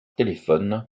téléphone